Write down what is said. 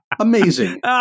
Amazing